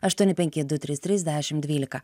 aštuoni penki du trys trys dešim dvylika